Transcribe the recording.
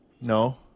No